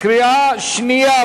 קריאה שנייה,